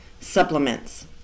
supplements